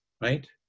Right